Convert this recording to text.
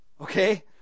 Okay